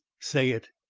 say it.